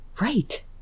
Right